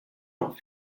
not